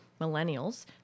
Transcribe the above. millennials